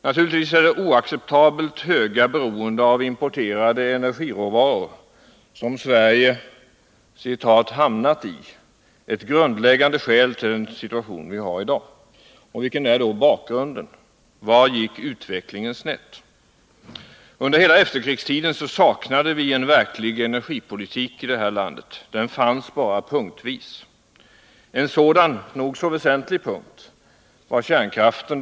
Naturligtvis är det oacceptabelt höga beroende av importerade energiråvaror som Sverige ”hamnat i” en grundläggande orsak till den situation vi har i dag. Vilken är då bakgrunden? Var gick utvecklingen snett? Under hela efterkrigstiden saknade vi en verklig energipolitik i vårt land. Den fanns bara punktvis. En sådan — nog så väsentlig — punkt gällde kärnkraften.